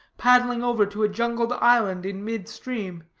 paddling over to a jungled island in mid-stream,